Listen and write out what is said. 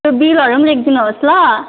त्यो बिलहरू पनि लेखिदिनुहोस् ल